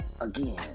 again